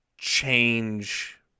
Change